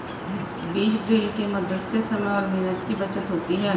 बीज ड्रिल के मदद से समय और मेहनत की बचत होती है